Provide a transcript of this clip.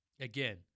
Again